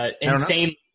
insane